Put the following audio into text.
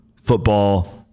football –